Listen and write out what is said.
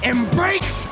Embrace